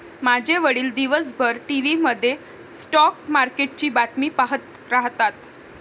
माझे वडील दिवसभर टीव्ही मध्ये स्टॉक मार्केटची बातमी पाहत राहतात